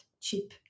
cheap